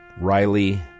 Riley